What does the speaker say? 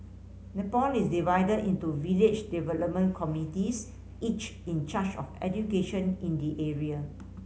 Nepal is divided into village development committees each in charge of education in the area